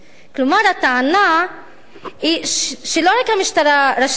כלומר הטענה היא שלא רק המשטרה רשלנית,